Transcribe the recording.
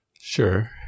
Sure